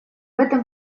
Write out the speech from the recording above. этом